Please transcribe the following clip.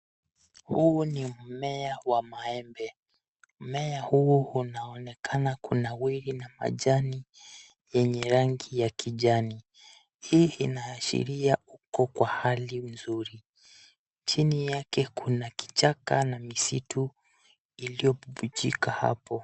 Huu ni mmea wa maembe. Mmea huu unaonekana kunawiri na majani yenye rangi ya kijani. Hii inaashiria uko kwa hali nzuri. Chini yake kuna kichaka na misitu iliyo fichika hapo.